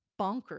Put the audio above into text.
bonkers